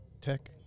Tech